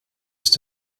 ist